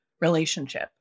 relationship